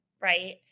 Right